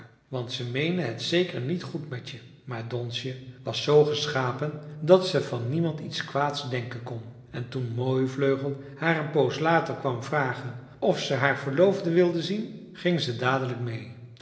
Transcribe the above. want ze meenen het zeker niet goed met je maar donsje was zoo geschapen dat ze van niemand iets kwaads denken kon en toen mooivleugel haar een poos later kwam vragen of ze haar verloofde wilde zien ging ze dadelijk meê